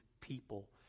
people